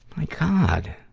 my god!